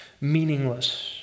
meaningless